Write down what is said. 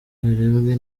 harebwe